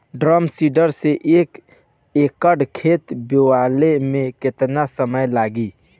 Drum seeder से एक एकड़ खेत बोयले मै कितना समय लागी?